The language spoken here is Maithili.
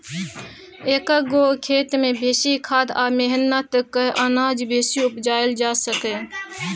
एक्क गो खेत मे बेसी खाद आ मेहनत कए कय अनाज बेसी उपजाएल जा सकैए